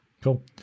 cool